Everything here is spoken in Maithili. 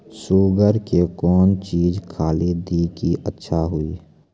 शुगर के कौन चीज खाली दी कि अच्छा हुए?